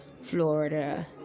Florida